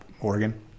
Oregon